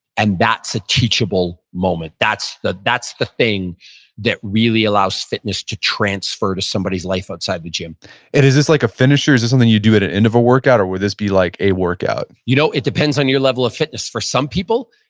and that's a teachable moment. that's the that's the thing that really allows fitness to transfer to somebody's life outside the gym and is this like a finisher? is this something you do at an end of a workout? or would this be like a workout? you know, it depends on your level of fitness. for some people,